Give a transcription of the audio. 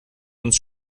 uns